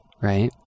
right